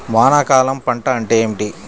వానాకాలం పంట అంటే ఏమిటి?